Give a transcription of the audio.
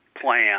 plan